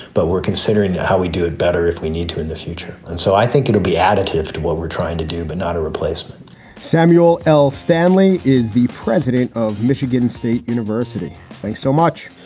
but we're considering how we do it better if we need to in the future. and so i think it will be additive to what we're trying to do, but not a replacement samuel l. stanley is the president of michigan state university. thanks so much,